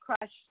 crush